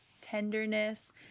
tenderness